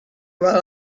while